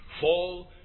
fall